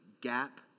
gap